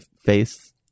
face